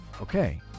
Okay